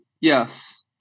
Yes